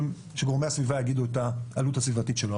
את גורמי הסביבה שיגידו את העלות הסביבתית שלו,